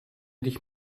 dich